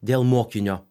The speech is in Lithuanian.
dėl mokinio